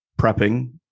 prepping